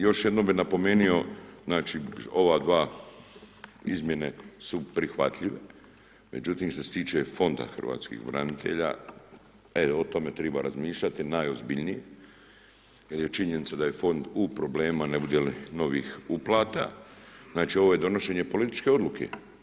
Još jednom bih napomenuo ova dva, izmjene su prihvatljive, međutim što se tiče fonda hrvatskih branitelja, e o tome treba razmišljati najozbiljnije jer je činjenica da je fond u problemima ne bude li novih uplata, znači ovo je donošenje političke odluke.